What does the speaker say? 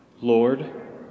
Lord